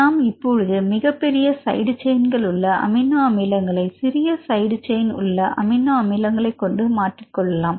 நாம் இப்பொழுது மிகப்பெரிய சைடு செயின்கள் உள்ள அமினோ அமிலங்களை சிறிய சைடுசெயின் உள்ள அமினோ அமிலங்களைக் கொண்டு மாற்றிக்கொள்ளலாம்